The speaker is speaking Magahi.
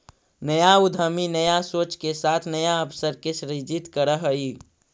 नया उद्यमी नया सोच के साथ नया अवसर के सृजित करऽ हई